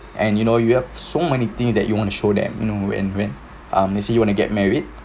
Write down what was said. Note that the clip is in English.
and you know you have so many things that you want to show them you know when when ah let's say you want to get married